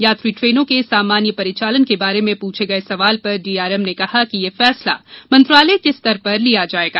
यात्री ट्रेनों के सामान्य परिचालन के बारे में पूछे गये सवाल पर डीआरएम ने कहा कि यह फैसला मंत्रालय के स्तर पर लिया जायेगा